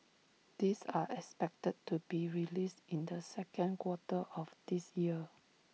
these are expected to be released in the second quarter of this year